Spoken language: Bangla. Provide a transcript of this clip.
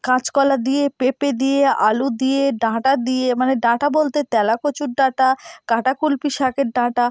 কাঁচকলা দিয়ে পেঁপে দিয়ে আলু দিয়ে ডাঁটা দিয়ে মানে ডাঁটা বলতে তেলা কচুর ডাঁটা কাঁটা কুলপি শাকের ডাঁটা